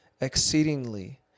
exceedingly